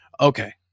Okay